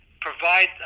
provide